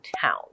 town